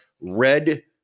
red